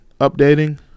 updating